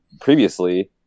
previously